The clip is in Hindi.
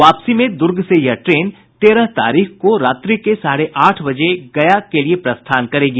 वापसी में दुर्ग से यह ट्रेन तेरह तारीख को रात्रि के साढ़े आठ बजे गया के लिए प्रस्थान करेगी